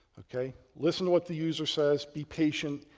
ok. listen to what the user says, be patient,